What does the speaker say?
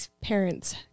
parents